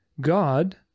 God